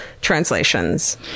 translations